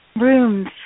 rooms